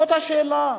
זאת לא השאלה.